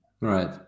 Right